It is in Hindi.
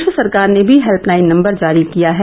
प्रदेश सरकार ने भी हेल्पलाइन नम्बर जारी किया है